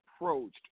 approached